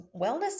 Wellness